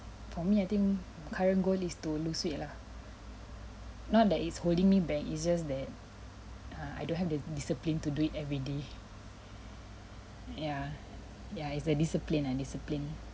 for me I think current goal is to lose weight lah not that it's holding me back it's just that err I don't have the discipline to do it everyday yeah ya it's the discipline ah discipline